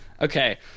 Okay